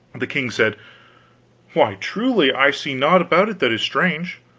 the king said why, truly i see naught about it that is strange.